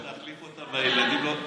טוב שהיה לך זמן הערב לראות משהו,